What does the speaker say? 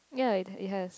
ya it has